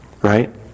Right